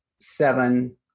Seven